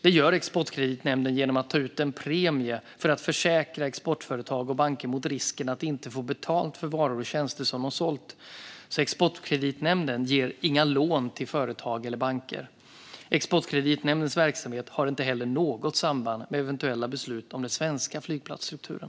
Detta gör Exportkreditnämnden genom att ta ut en premie för att försäkra exportföretag och banker mot risken att inte få betalt för varor och tjänster som de sålt. Exportkreditnämnden ger inga lån till företag eller banker. Exportkreditnämndens verksamhet har inte heller något samband med eventuella beslut om den svenska flygplatsstrukturen.